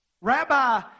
Rabbi